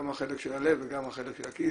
גם החלק של הלב וגם החלק של הכיס,